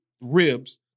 ribs